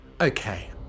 Okay